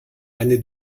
eine